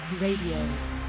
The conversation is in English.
Radio